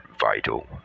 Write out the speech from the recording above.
vital